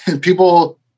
people